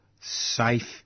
safe